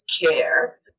care